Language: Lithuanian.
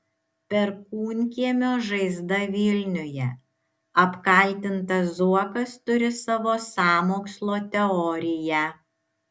perkūnkiemio žaizda vilniuje apkaltintas zuokas turi savo sąmokslo teoriją